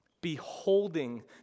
Beholding